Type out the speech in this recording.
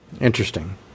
Interesting